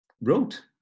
wrote